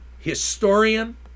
Historian